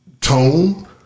tone